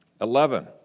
Eleven